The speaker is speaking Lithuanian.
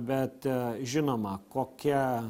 bet žinoma kokia